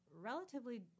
relatively